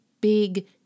big